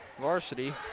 Varsity